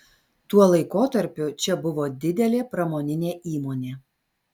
tuo laikotarpiu čia buvo didelė pramoninė įmonė